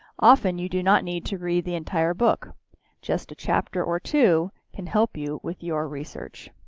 often you do not need to read the entire book just a chapter or two can help you with your research.